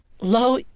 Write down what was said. Low